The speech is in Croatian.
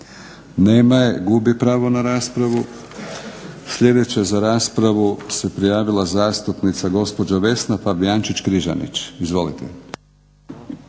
Nema je gubi pravo na raspravu. Sljedeća za raspravu se prijavila gospođa zastupnica Vesna Fabijančić-Križanić. Izvolite.